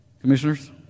Commissioners